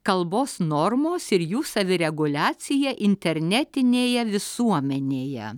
kalbos normos ir jų savireguliacija internetinėje visuomenėje